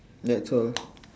that's all